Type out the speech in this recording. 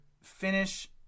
finish